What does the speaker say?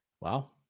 Wow